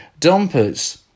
dumpers